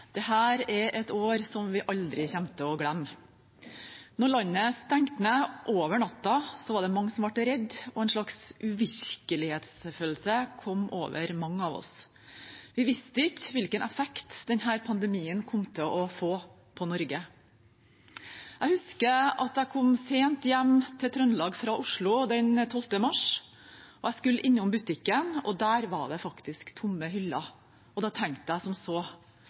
et år som vi aldri kommer til å glemme. Da landet stengte ned over natten, var det mange som ble redde, og en slags uvirkelighetsfølelse kom over mange av oss. Vi visste ikke hvilken effekt denne pandemien kom til å få på Norge. Jeg husker at jeg kom sent hjem til Trøndelag fra Oslo den 12. mars. Jeg skulle innom butikken, og der var det faktisk tomme hyller, og da tenkte jeg som så: